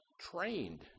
trained